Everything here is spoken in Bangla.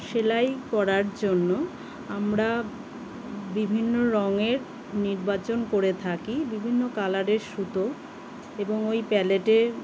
সেলাই করার জন্য আমরা বিভিন্ন রঙের নির্বাচন করে থাকি বিভিন্ন কালারের সুতো এবং ওই প্যালেটে